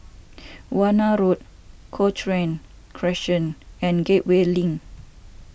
Warna Road Cochrane Crescent and Gateway Link